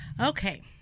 Okay